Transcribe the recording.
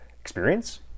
Experience